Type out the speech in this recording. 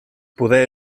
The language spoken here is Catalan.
poder